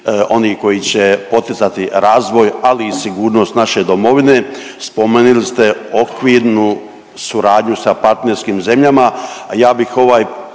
oni koji će poticati razvoj, ali i sigurnost naše domovine. Spomenuli ste okvirnu suradnju sa partnerskim zemljama,